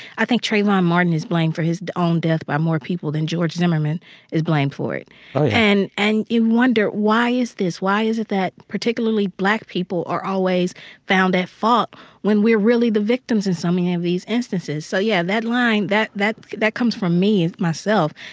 i think trayvon martin is blamed for his own death by more people than george zimmerman is blamed for it oh, yeah and and you wonder, why is this? why is it that particularly black people are always found at fault when we're really the victims in so many of these instances? so, yeah, that line, that that comes from me myself.